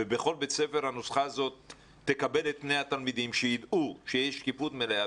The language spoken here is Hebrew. ובכל בית ספר הנוסחה הזו תובא בפני התלמידים והם ידעו שיש שקיפות מליאה,